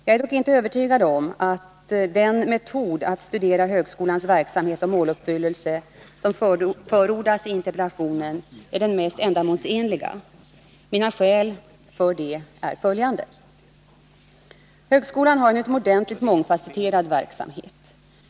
Jag är dock inte övertygad om att den metod att studera högskolans verksamhet och måluppfyllelse som förordas i interpellationen är den mest ändamålsenliga. Mina skäl för det är följande. Högskolan har en utomordentligt mångfasetterad verksamhet.